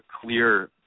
clear